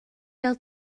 bêl